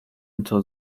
into